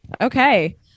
Okay